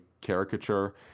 caricature